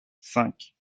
cinq